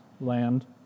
land